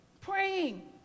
praying